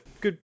good